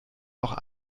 auch